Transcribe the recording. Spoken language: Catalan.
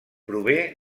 prové